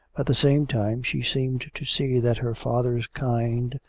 at the same time she seemed to see that her father's kind,